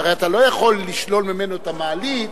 שהרי אתה לא יכול לשלול ממנו את המעלית